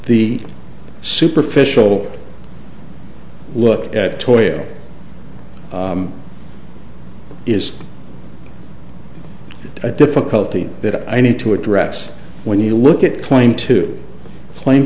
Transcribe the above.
the superficial look at oil is a difficulty that i need to address when you look at claim to claim